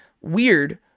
weird